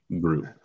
group